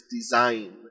design